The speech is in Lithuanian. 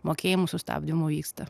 mokėjimų sustabdymų vyksta